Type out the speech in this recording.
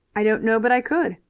i don't know but i could,